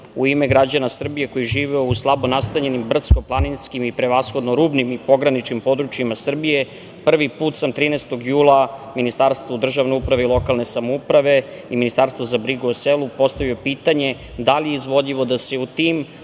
u ime građana Srbije koji žive u slabo nastanjenim brdsko-planinskim i prevashodno rubnim i pograničnim područjima Srbije, prvi put sam 13. jula Ministarstvu državne uprave i lokalne samouprave i Ministarstvu za brigu o selu postavio pitanje da li je izvodljivo da se u tim,